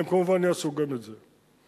הם כמובן יעשו גם את זה.